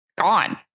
gone